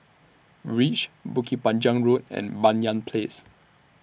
REACH Bukit Panjang Road and Banyan Place